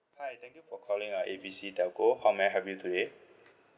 hi thank you for calling uh A B C telco how may I help you today